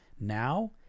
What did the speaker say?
now